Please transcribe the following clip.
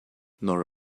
nor